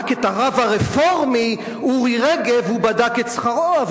רק לרב הרפורמי אורי רגב הוא בדק את שכרו.